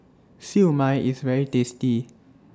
Siew Mai IS very tasty